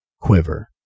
quiver